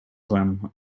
them